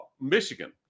Michigan